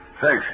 Thanks